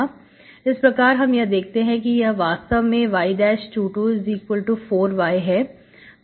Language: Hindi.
इस प्रकार हम यह देखते हैं कि यह वास्तव में y224y है